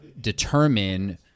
determine